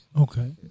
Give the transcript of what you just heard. Okay